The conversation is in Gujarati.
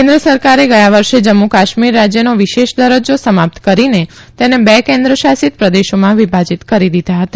કેન્દ્ર સરકારે ગયા વર્ષે મ્મુ કાશ્મીર રા થનો વિશેષ દર ો સમાપ્ત કરીને તેને બે કેન્દ્ર શાસિત પ્રદેશોમાં વિભાજીત કરી દીધા હતા